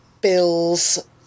Bill's